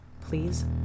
Please